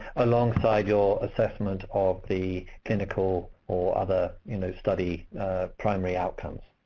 alongside your assessment of the clinical or other you know study primary outcomes.